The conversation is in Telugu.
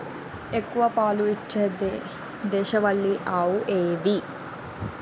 ఎక్కువ పాలు ఇచ్చే దేశవాళీ ఆవులు ఏవి?